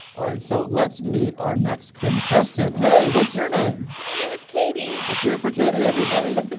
alright so let's meet our next contestant. hey what's your name? my name is katie. let's hear for katie everybody.